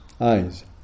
eyes